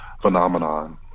phenomenon